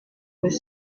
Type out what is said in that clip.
with